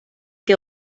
que